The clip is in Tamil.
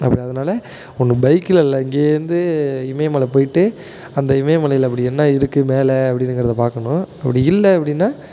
அப்படி அதனால் ஒன்று பைக்லல்ல இங்கேருந்து இமயமலை போயிட்டு அந்த இமயமலையில் அப்படி என்ன இருக்குது மேலே அப்படினுங்கிறத பார்க்கணும் அப்படி இல்லை அப்படின்னா